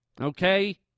Okay